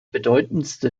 bedeutendste